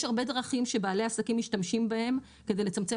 יש הרבה דרכים שבעלי עסקים משתמשים בהם כדי לצמצם